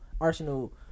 arsenal